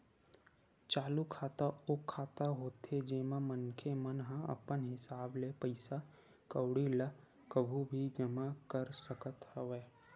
चालू खाता ओ खाता होथे जेमा मनखे मन ह अपन हिसाब ले पइसा कउड़ी ल कभू भी जमा कर सकत हवय